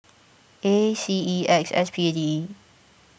A C E X S P A D E